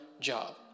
job